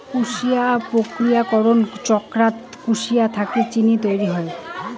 কুশারি প্রক্রিয়াকরণ ছচকাত কুশারি থাকি চিনি তৈয়ার হই